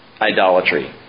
idolatry